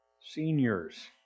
seniors